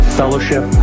fellowship